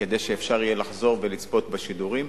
כדי שאפשר יהיה לחזור ולצפות בשידורים,